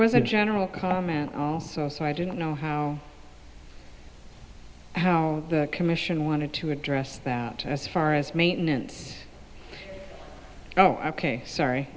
was a general comment so i didn't know how the commission wanted to address that as far as maintenance oh ok sorry